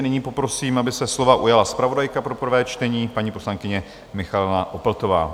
Nyní poprosím, aby se slova ujala zpravodajka pro prvé čtení, paní poslankyně Michaela Opltová.